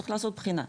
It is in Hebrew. צריך לעשות בחינה.